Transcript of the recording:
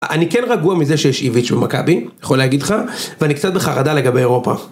אני כן רגוע מזה שיש איביץ' במכבי, יכול להגיד לך, ואני קצת בחרדה לגבי אירופה.